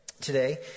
today